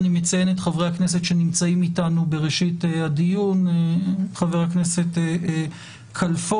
אני מציין את חברי הכנסת שנמצאים איתנו בראשית הדיון: חבר הכנסת כלפון,